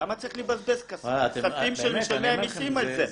למה צריך לבזבז כספים של משלמי המיסים על זה?